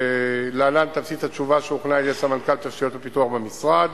להלן תמצית התשובה שהוכנה על-ידי סמנכ"ל תשתיות ופיתוח במשרד: